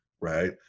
right